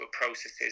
processes